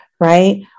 right